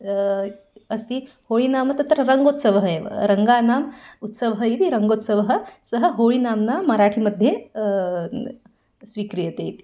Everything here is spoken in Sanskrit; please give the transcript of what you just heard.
अस्ति होळिनाम तत्र रङ्गोत्सवः एव रङ्गानाम् उत्सवः इति रङ्गोत्सवः सः होळिनाम्ना मराठिमध्ये स्वीक्रियते इति